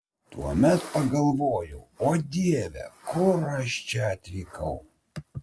tuomet pagalvojau o dieve kur aš čia atvykau